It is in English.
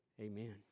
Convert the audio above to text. Amen